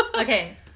okay